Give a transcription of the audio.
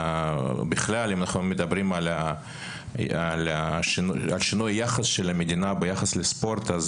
בכלל אם אנחנו מדברים על שינוי יחס של המדינה ביחס לספורט,